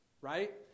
Right